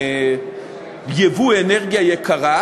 ייבוא אנרגיה יקרה,